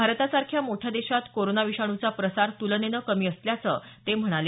भारतासारख्या मोठ्या देशात कोरोना विषाणूचा प्रसार तुलनेनं कमी असल्याचं ते म्हणाले